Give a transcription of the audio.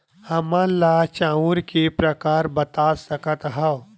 हमन ला चांउर के प्रकार बता सकत हव?